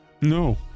No